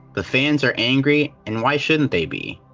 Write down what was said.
the fans are angry, and why shouldn't they be?